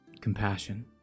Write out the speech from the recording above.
compassion